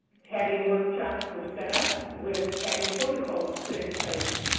tagging workshops were set up with tagging protocols put in place.